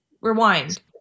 Rewind